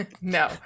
no